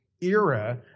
Era